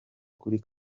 kuri